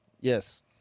Yes